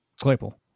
Claypool